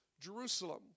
Jerusalem